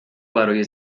برای